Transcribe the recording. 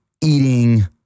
eating